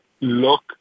look